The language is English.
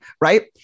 right